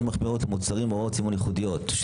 מחמירות למוצרים והוראות סימון ייחודיות,